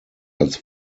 als